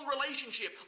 relationship